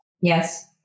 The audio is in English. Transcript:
Yes